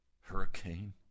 hurricane